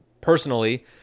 personally